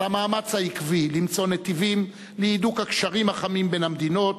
על המאמץ העקבי למצוא נתיבים להידוק הקשרים החמים בין המדינות